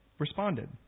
responded